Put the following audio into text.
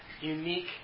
unique